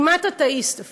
כמעט אתאיסט אפילו.